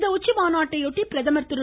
இந்த உச்சிமாநாட்டையொட்டி பிரதமர் திரு